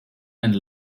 and